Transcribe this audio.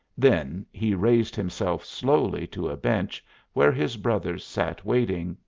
then he raised himself slowly to a bench where his brothers sat waiting,